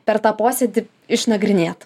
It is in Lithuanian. per tą posėdį išnagrinėt